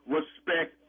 Respect